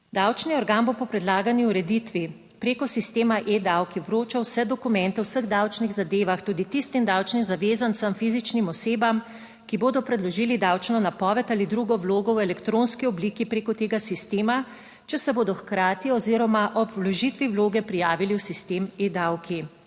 Davčni organ bo po predlagani ureditvi preko sistema e davki vroča vse dokumente v vseh davčnih zadevah, tudi tistim davčnim zavezancem fizičnim osebam, ki bodo predložili davčno napoved ali drugo vlogo v elektronski obliki preko tega sistema, če se bodo hkrati oziroma ob vložitvi vloge prijavili v sistem. E Davki,